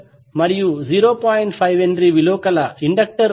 5 H విలువ కల inductor ఉన్నాయి